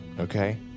okay